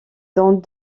dans